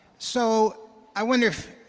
so i wonder if